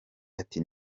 ati